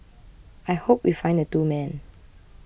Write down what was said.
I hope we find the two men